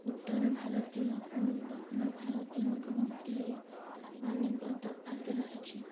ଉତ୍ତର ଭାରତୀୟ ଓ ଦକ୍ଷିଣ ଭାରତୀୟଙ୍କ ମଧ୍ୟରେ ଅନେକ ତଫାତ ରହିଛି